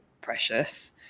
precious